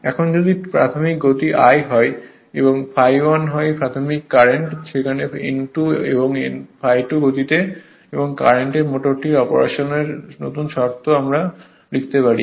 এখন যদি প্রাথমিক গতি 1 হয় এবং ∅1 হয় প্রাথমিক কারেন্টে হয় যেখানে n2 এবং ∅2 গতিতে এবং কারেন্ট মোটরটির অপারেশনের নতুন শর্তে আমরা লিখতে পারি